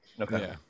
Okay